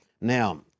Now